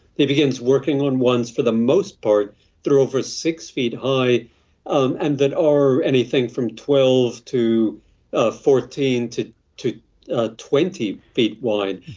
he begins working on ones for the most part that are over six feet high um and that are anything from twelve to ah fourteen to to ah twenty feet wide.